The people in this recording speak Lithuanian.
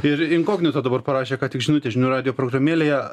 ir inkognito dabar parašė ką tik žinutę žinių radijo programėlėje